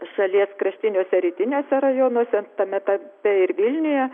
šalies kraštiniuose rytiniuose rajonuose tame tarpe ir vilniuje